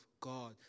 God